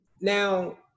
Now